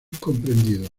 comprendido